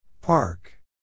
Park